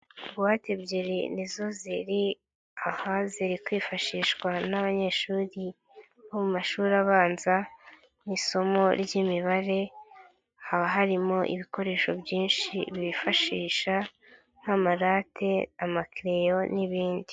Buwate ebyiri nizo ziri aha ziri kwifashishwa n'abanyeshuri bo mu mashuri abanza mu isomo ry'imibare, haba harimo ibikoresho byinshi bifashisha nk'amalate, amakereyo n'ibindi.